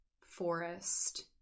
forest